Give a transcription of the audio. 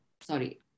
sorry